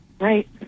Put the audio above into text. right